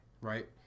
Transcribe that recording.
Right